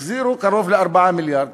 החזירו קרוב ל-4 מיליארד